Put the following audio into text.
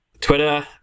Twitter